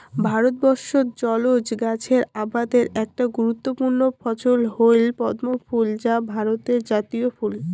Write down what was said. ভারতবর্ষত জলজ গছের আবাদের একটা গুরুত্বপূর্ণ ফছল হইল পদ্মফুল যা ভারতের জাতীয় ফুল